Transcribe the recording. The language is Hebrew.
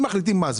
אם מחליטים על מס,